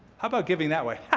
how about giving that way?